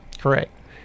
Correct